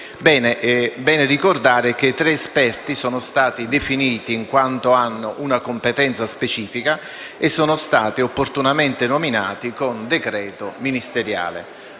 bene ricordare che i tre esperti sono stati definiti in quanto aventi una competenza specifica e sono stati opportunamente nominati con decreto ministeriale.